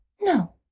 No